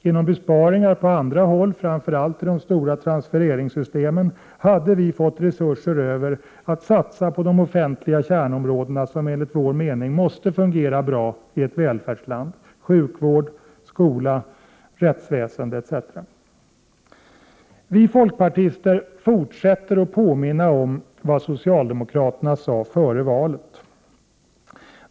Genom besparingar på andra håll, framför allt i de stora transfereringssystemen, hade vi fått resurser över till att satsa på de offentliga kärnområden som enligt vår mening måste fungera bra i ett välfärdsland: sjukvård, skola, rättsväsende etc. Vi folkpartister fortsätter att påminna om vad socialdemokraterna sade före valet.